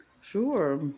Sure